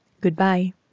Goodbye